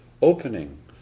opening